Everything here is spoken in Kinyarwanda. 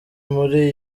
muri